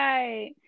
Right